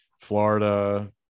Florida